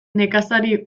nekazari